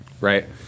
right